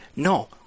No